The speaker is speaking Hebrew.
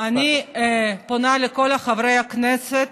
אני פונה לכל חברי הכנסת